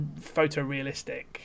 photorealistic